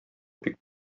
бик